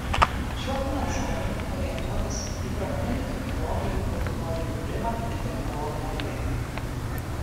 šiuo finansavimu orientuotasi į pramoninių technologijų auditorijų kūrimą ir technologinę plėtrą